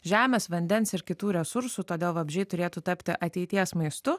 žemės vandens ir kitų resursų todėl vabzdžiai turėtų tapti ateities maistu